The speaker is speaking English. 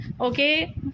Okay